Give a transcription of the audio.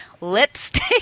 lipstick